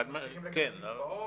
הם ממשיכים לקבל קצבאות.